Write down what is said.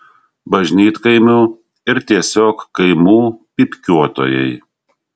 bažnytkaimių ir tiesiog kaimų pypkiuotojai